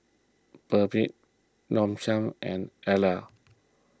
Perdix Nong Shim and Elle